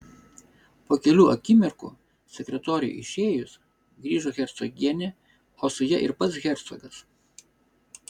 po kelių akimirkų sekretoriui išėjus grįžo hercogienė o su ja ir pats hercogas